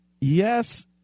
yes